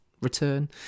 return